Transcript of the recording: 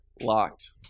Locked